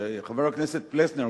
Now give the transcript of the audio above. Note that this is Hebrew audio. חבר הכנסת פלסנר,